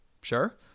sure